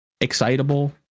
excitable